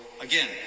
again